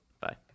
Bye